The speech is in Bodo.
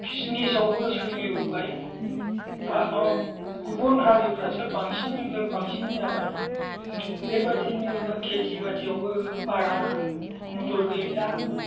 बिजनेस आवबो सोलिबोबाय बा गुबुन हारिफ्रासो बांसिननिफ्राय बांसिन जाबाय बेबादिनो खेति बातियावबो बारा मदद गैला